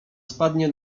spadnie